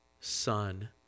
Son